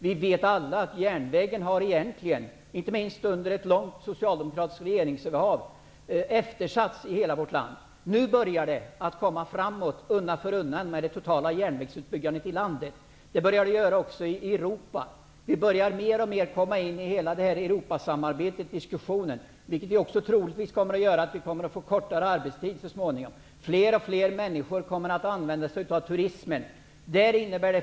Vi vet alla att järnvägen, inte minst under ett långt socialdemokratiskt regeringsinnehav, har eftersatts i hela vårt land. Nu börjar det undan för undan att gå framåt med den totala järnvägsutbyggnaden i landet, och även i Europa i stort. Vi börjar mer och mer komma in i diskussionerna om Europasamarbetet, vilket troligtvis så småningom också kommer att medföra att vi får kortare arbetstid. Fler och fler människor kommer att beröras av turismen.